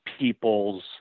people's